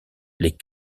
les